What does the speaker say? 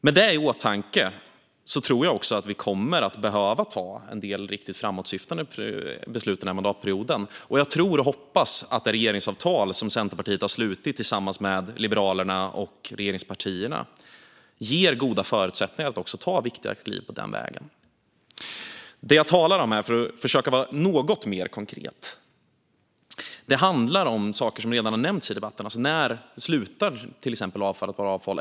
Med det i åtanke tror jag också att vi kommer att behöva fatta en del riktigt framåtsyftande beslut den här mandatperioden, och jag tror och hoppas att det regeringsavtal som Centerpartiet har slutit tillsammans med Liberalerna och regeringspartierna ger goda förutsättningar att ta viktiga kliv på den vägen. Det jag talar om här, för att försöka vara något mer konkret, handlar om saker som redan har nämnts i debatten. När slutar till exempel avfall att vara avfall?